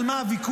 על מה הוויכוח.